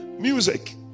music